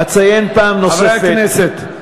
חברי הכנסת.